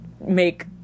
make